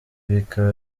bikaba